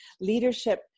leadership